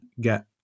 get